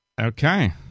Okay